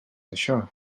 això